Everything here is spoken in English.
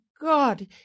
God